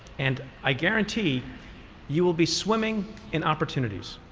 and i guarantee you will be swimming in opportunities.